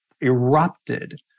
erupted